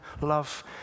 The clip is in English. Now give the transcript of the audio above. love